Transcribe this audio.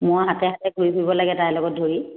মই হাতে হাতে ফুৰিব লাগে তাইৰ লগত ধৰি